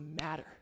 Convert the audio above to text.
matter